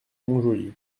montjoly